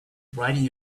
writing